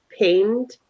pained